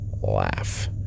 laugh